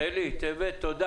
רחלי טבת, תודה.